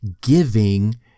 giving